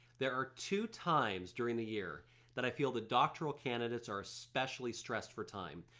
there are two times during the year that i feel the doctoral candidates are especially stressed for time.